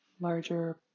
larger